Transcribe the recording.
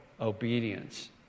obedience